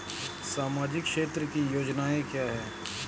सामाजिक क्षेत्र की योजनाएँ क्या हैं?